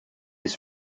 his